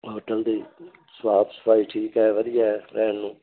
hotel ਦੀ ਸਾਫ਼ ਸਫ਼ਾਈ ਠੀਕ ਹੈ ਵਧੀਆ ਰਹਿਣ ਨੂੰ